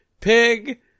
Pig